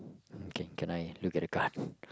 okay can can I look at the card